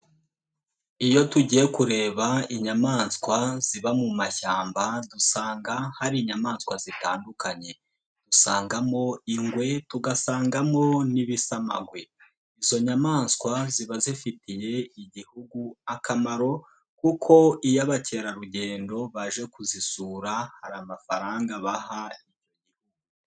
Iyo tugiye kureba inyamaswa ziba mu mashyamba, dusanga hari inyamaswa zitandukanye, usangamo ingwe, dugasangamo n'ibisamagwe, izo nyamaswa ziba zifitiye Igihugu akamaro, kuko iyo bakerarugendo baje kuzisura hari amafaranga baha Igihugu.